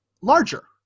larger